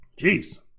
Jeez